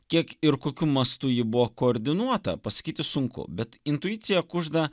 kiek ir kokiu mastu ji buvo koordinuota pasakyti sunku bet intuicija kužda